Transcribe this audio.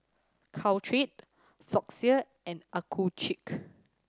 Caltrate Floxia and Accucheck